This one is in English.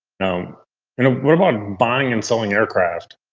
you know and what about buying and selling aircraft?